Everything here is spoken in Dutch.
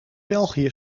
belgië